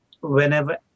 whenever